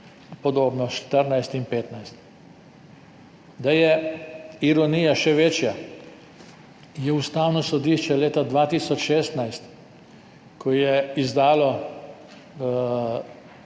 leti 2014 in 2015. Da je ironija še večja, je Ustavno sodišče leta 2016, ko je izdalo